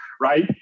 right